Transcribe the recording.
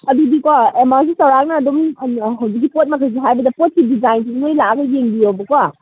ꯑꯗꯨꯗꯤꯀꯣ ꯑꯦꯃꯥꯎꯟꯁꯦ ꯆꯧꯔꯥꯛꯅ ꯑꯗꯨꯝ ꯍꯧꯖꯤꯛꯀꯤ ꯄꯣꯠ ꯃꯈꯩꯁꯦ ꯍꯥꯏꯕꯗ ꯄꯣꯠꯀꯤ ꯗꯤꯖꯥꯏꯟꯁꯤꯗꯤ ꯅꯣꯏ ꯂꯥꯛꯑꯒ ꯌꯦꯡꯕꯤꯌꯣꯕꯀꯣ